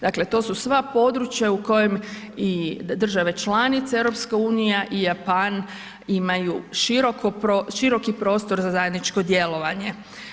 Dakle to su sva područja u kojem i države članice i EU-a i Japan imaju široki prostor za zajedničko djelovanje.